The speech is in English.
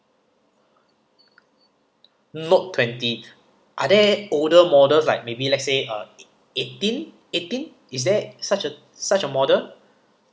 note twenty are there older model like maybe let's say like eighteen is there such a such a model